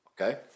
okay